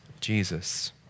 Jesus